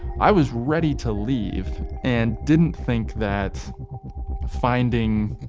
i was ready to leave and didn't think that finding.